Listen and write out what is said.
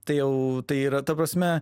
tai jau tai yra ta prasme